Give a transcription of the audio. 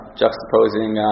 juxtaposing